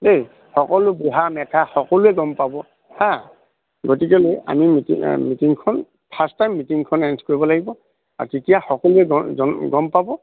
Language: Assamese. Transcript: দেই সকলো বুঢ়া সকলোৱে গম পাব হা গতিকেলে আমি মিটিং মিটিংখন ফাৰ্ষ্ট টাইম মিটিংখন এৰেঞ্জ কৰিব লাগিব আৰু তেতিয়া সকলোৱে গম পাব